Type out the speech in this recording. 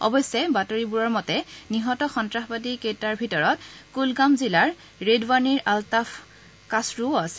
অৱশ্যে বাতৰিবোৰৰ মতে নিহত সন্ত্ৰাসবাদী কেইজনৰ ভিতৰত কূলগাম জিলাৰ ৰেডৱানীৰ আলতাফ কাছৰুও আছে